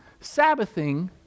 Sabbathing